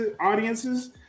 audiences